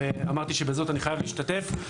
ואמרתי שבזאת אני חייב להשתתף.